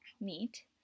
meat